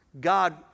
God